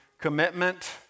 commitment